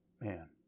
man